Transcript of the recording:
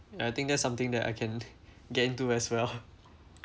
and I think that's something that I can get into as well